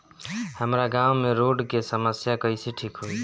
हमारा गाँव मे रोड के समस्या कइसे ठीक होई?